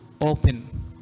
open